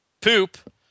poop